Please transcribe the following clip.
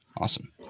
Awesome